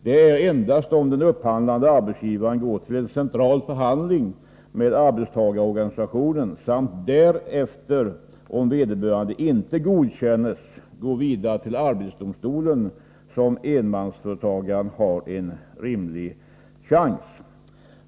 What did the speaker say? Det är endast om den upphandlande arbetsgivaren går till en central förhandling med arbetstagarorganisationen samt därefter, om vederbörande inte godkänns, går vidare till arbetsdomstolen, som enmansföretagaren har en rimlig chans.